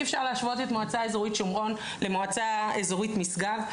אי אפשר להשוות את מועצה אזורית שומרון למועצה אזורית משגב,